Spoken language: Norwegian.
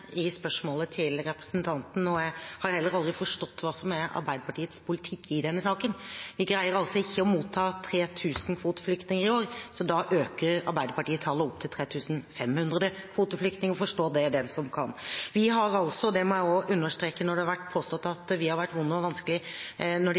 i premissene i spørsmålet til representanten, og jeg har heller aldri forstått hva som er Arbeiderpartiets politikk i denne saken. Vi greier ikke å motta 3 000 kvoteflyktninger i år, så da øker Arbeiderpartiet tallet til 3 500 kvoteflyktninger. Forstå det, den som kan. Jeg må også understreke at når det har vært påstått at vi har vært vonde og vanskelige når det